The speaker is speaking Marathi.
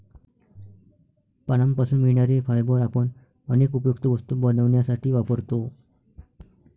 पानांपासून मिळणारे फायबर आपण अनेक उपयुक्त वस्तू बनवण्यासाठी वापरतो